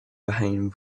behind